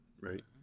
right